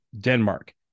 Denmark